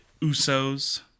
Usos